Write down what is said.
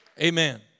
Amen